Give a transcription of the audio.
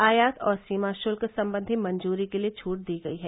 आयात और सीमा शुल्क संबंधी मंजूरी के लिए छूट दी गई है